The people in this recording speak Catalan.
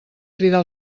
cridar